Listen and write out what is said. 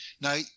Now